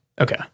Okay